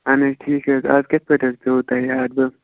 اَہَن حظ ٹھیٖک حظ اَز کتھ پٮ۪ٹھ حظ پٮ۪وٕ تۄہہِ یاد بہٕ